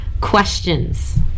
questions